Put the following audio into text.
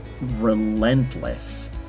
relentless